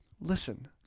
Listen